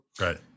Right